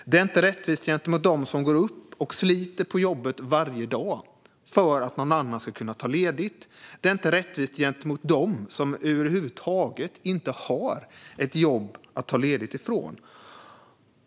Det är inte rättvist mot dem som sliter på jobbet varje dag att någon annan kan ta ledigt. Det är inte rättvist mot dem som inte ens har ett jobb att ta ledigt från.